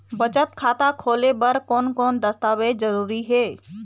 बचत खाता खोले बर कोन कोन दस्तावेज जरूरी हे?